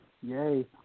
Yay